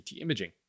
imaging